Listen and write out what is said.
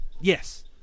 Yes